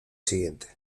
siguiente